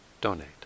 donate